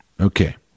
okay